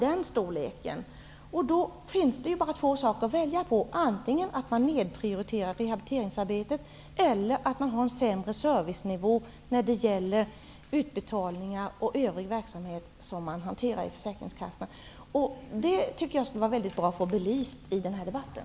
Då finns det bara två saker att välja på. Antingen nedprioriterar man rehabiliteringsarbetet eller också har man en sämre servicenivå när det gäller utbetalningar och övrig verksamhet i försäkringskassorna. Jag tycker att det skulle vara bra att få detta belyst i den här debatten.